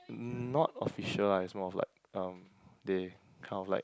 not official ah it's more like they kind of like